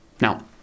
Now